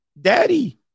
Daddy